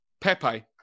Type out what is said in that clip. Pepe